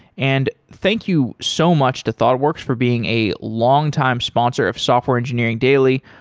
and thank you so much to thoughtworks for being a longtime sponsor of software engineering daily.